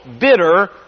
bitter